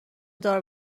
دار